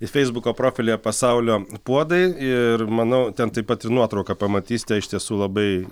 feisbuko profilyje pasaulio puodai ir manau ten taip pat ir nuotrauką pamatysite iš tiesų labai